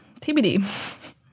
TBD